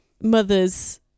mother's